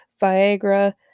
Viagra